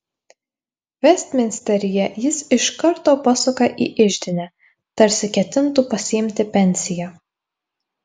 vestminsteryje jis iš karto pasuka į iždinę tarsi ketintų pasiimti pensiją